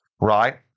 right